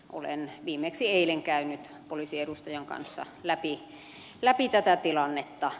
olen viimeksi eilen käynyt poliisin edustajan kanssa läpi tätä tilannetta